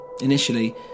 Initially